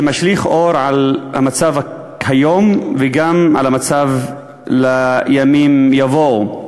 שמשליך אור על המצב היום וגם על המצב לימים יבואו,